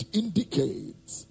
indicates